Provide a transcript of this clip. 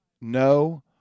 no